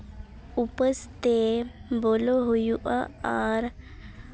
ᱩᱯᱟᱹᱥ ᱛᱮ ᱵᱚᱞᱚ ᱦᱩᱭᱩᱜᱼᱟ ᱟᱨ